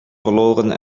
verloren